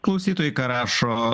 klausytojai ką rašo